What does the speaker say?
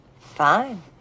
Fine